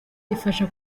ifasha